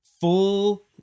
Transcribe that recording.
full